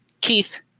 Keith